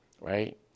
Right